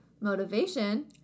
Motivation